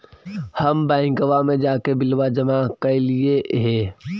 हम बैंकवा मे जाके बिलवा जमा कैलिऐ हे?